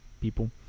people